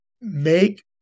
make